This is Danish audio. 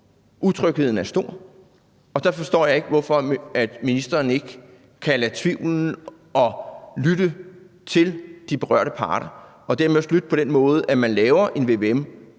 utrygheden er stor, og derfor forstår jeg ikke, hvorfor ministeren ikke kan lade tvivlen komme de berørte parter til gode og lytte til dem og dermed også lytte på den måde, at man laver en